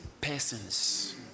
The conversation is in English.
persons